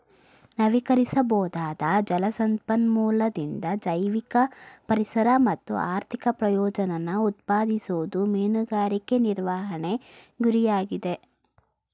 ನವೀಕರಿಸಬೊದಾದ ಜಲ ಸಂಪನ್ಮೂಲದಿಂದ ಜೈವಿಕ ಪರಿಸರ ಮತ್ತು ಆರ್ಥಿಕ ಪ್ರಯೋಜನನ ಉತ್ಪಾದಿಸೋದು ಮೀನುಗಾರಿಕೆ ನಿರ್ವಹಣೆ ಗುರಿಯಾಗಿದೆ